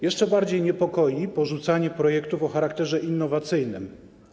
Jeszcze bardziej niepokoi porzucanie projektów o charakterze innowacyjnym.